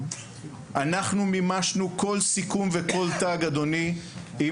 אנחנו מימשנו כל סיכום וכל תג אדוני עם